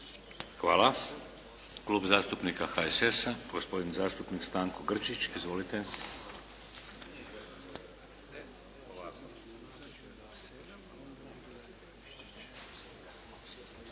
Hvala. Klub zastupnika HSS-a. Gospodin zastupnik Stanko Grčić. Izvolite.